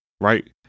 right